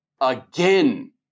again